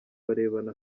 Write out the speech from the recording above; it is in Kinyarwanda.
barebana